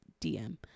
DM